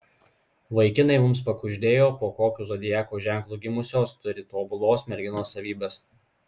vaikinai mums pakuždėjo po kokiu zodiako ženklu gimusios turi tobulos merginos savybes